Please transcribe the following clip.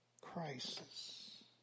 crisis